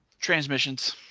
transmissions